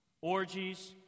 orgies